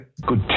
Good